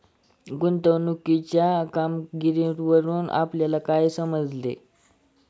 गुंतवणुकीच्या कामगिरीवरून आपल्याला काय समजते?